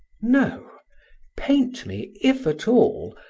no paint me, if at all,